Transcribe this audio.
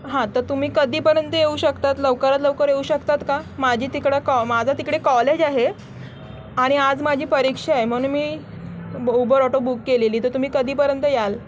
हां तं तुम्ही कधीपर्यंत येऊ शकतात लवकरात लवकर येऊ शकतात का माझी तिकडं कॉ माझं तिकडे कॉलेज आहे आणि आज माझी परीक्षा आहे म्हणून मी उबर ऑटो बुक केलेली तर तुम्ही कधीपर्यंत याल